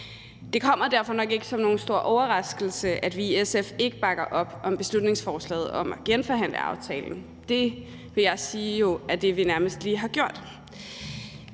Det kommer derfor nok ikke som nogen stor overraskelse, at vi i SF ikke bakker op om beslutningsforslaget om at genforhandle aftalen – det vil jeg sige jo er det, vi nærmest lige har gjort.